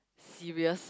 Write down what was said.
serious